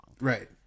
Right